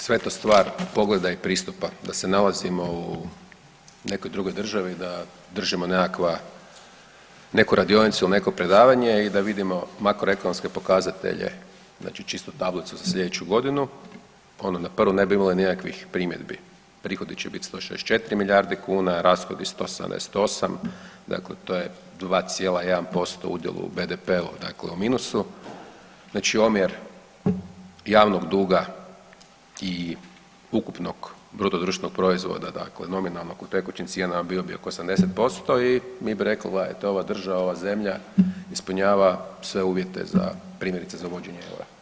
Sveta stvar pogleda i pristupa, da se nalazimo u nekoj drugoj državi, da držimo neku radionicu ili neko predavanje i da vidimo makroekonomske pokazatelje, znači čisto tablicu za sljedeću godinu, ono na prvu ne bi imali nikakvu primjedbu, prihodi će biti 164 milijarde kuna, rashodi 178, dakle, to je 2,1% udjel u BDP-u, dakle u minusu, znači omjer javnog duga i ukupnog bruto društvenog proizvoda, dakle nominalnog u tekućim cijenama bio bi oko 80% i mi bi rekli, gledajte, ova država, ova zemlja ispunjava sve uvjete za, primjerice za uvođenje eura.